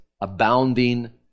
abounding